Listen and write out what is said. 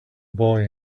boy